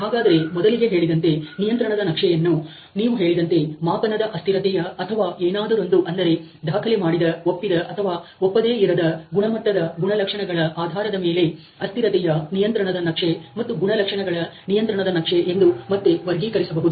ಹಾಗಾದರೆ ಮೊದಲಿಗೆ ಹೇಳಿದಂತೆ ನಿಯಂತ್ರಣದ ನಕ್ಷೆಯನ್ನು ನೀವು ಹೇಳಿದಂತೆ ಮಾಪನದ ಅಸ್ಥಿರತೆಯ ಅಥವಾ ಏನಾದರೊಂದು ಅಂದರೆ ದಾಖಲೆ ಮಾಡಿದ ಒಪ್ಪಿದ ಅಥವಾ ಒಪ್ಪದೇ ಇರದ ಗುಣಮಟ್ಟದ ಗುಣಲಕ್ಷಣಗಳ ಆಧಾರದ ಮೇಲೆ ಅಸ್ಥಿರತೆಯ ನಿಯಂತ್ರಣದ ನಕ್ಷೆ ಮತ್ತು ಗುಣಲಕ್ಷಣಗಳ ನಿಯಂತ್ರಣದ ನಕ್ಷೆ ಎಂದು ಮತ್ತೆ ವರ್ಗೀಕರಿಸಬಹುದು